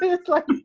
it's like